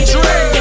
Dream